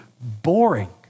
boring